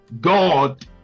God